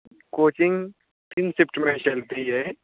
coaching तीन shift में चलती है